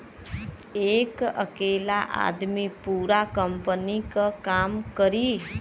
एक अकेला आदमी पूरा कंपनी क काम करी